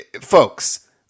Folks